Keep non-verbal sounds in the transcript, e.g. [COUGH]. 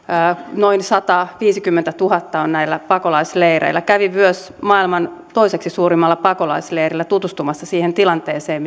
noin sataviisikymmentätuhatta on näillä pakolaisleireillä kävin myös maailman toiseksi suurimmalla pakolaisleirillä tutustumassa siihen tilanteeseen [UNINTELLIGIBLE]